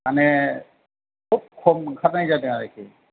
माने खुब खम ओंखारनाय जादों आरोखि